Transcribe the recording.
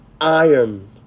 iron